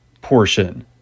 portion